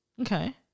Okay